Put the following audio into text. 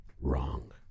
wrong